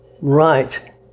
right